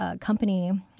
company